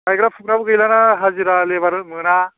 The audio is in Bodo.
गायग्रा फुग्राबो गैलाना हाजिरा लेभार मोना